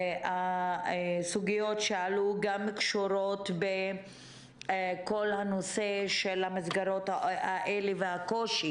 הסוגיות שעלו גם קשורות בכל הנושא של המסגרות האלה והקושי